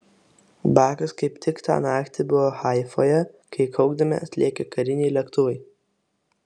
bakas kaip tik tą naktį buvo haifoje kai kaukdami atlėkė kariniai lėktuvai